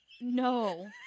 No